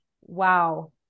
Wow